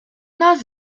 nas